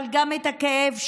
אבל גם את הכאב שלי,